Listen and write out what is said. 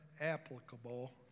applicable